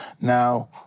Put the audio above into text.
now